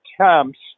attempts